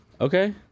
okay